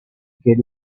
get